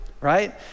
right